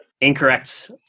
Incorrect